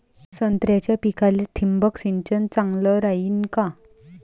संत्र्याच्या पिकाले थिंबक सिंचन चांगलं रायीन का?